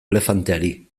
elefanteari